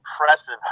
impressive